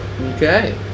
Okay